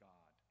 God